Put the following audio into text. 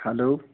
hello